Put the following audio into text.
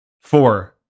Four